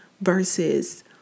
versus